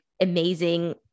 amazing